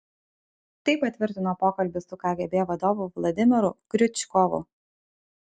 tai patvirtino pokalbis su kgb vadovu vladimiru kriučkovu